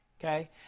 okay